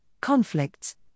conflicts